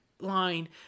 line